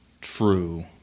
True